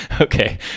okay